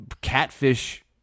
catfish